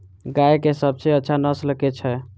गाय केँ सबसँ अच्छा नस्ल केँ छैय?